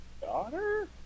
daughter